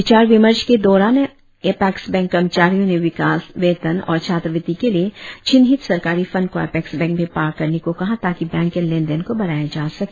विचार विमर्श के दौरान एपेक्स बैंक कर्मचारियों ने विकास वेतन और छात्रवृत्ति के लिए चिनहित सरकारी फंड को एपेक्स बैंक में पार्क करने को कहा ताकि बैंक के लेन देन को बढ़ाया जा सके